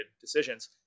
decisions